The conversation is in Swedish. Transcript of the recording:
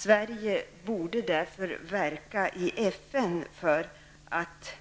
Sverige bör därför verka i FN för att